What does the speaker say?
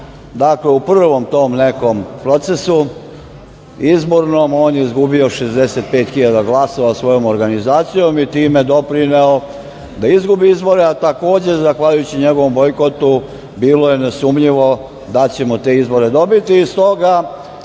Dakle, u prvom tom nekom procesu izbornom, on je izgubio 65 hiljada glasova svojom organizacijom i time doprineo da izgubi izbore, a takođe zahvaljujući njegovom bojkotu bilo je nesumnjivo da ćemo te izbore dobiti, stoga